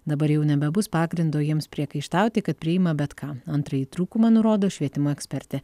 dabar jau nebebus pagrindo jiems priekaištauti kad priima bet ką antrąjį trūkumą nurodo švietimo ekspertė